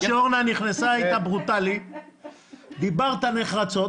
עד שאורנה נכנסה היית ברוטלי ודיברת נחרצות.